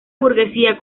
burguesía